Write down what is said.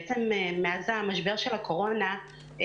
מאז משבר הקורונה נתקלנו בבעיה חמורה כשאין מענה,